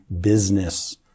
business